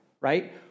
right